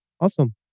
Awesome